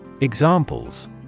Examples